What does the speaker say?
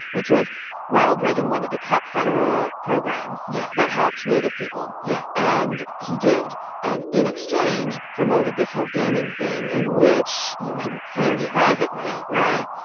which was ronald reagan wanted to cut federal programs. yeah. that helped native people yeah and he did and, in exchange, promoted this whole gaming thing, in which you can earn private money. just yeah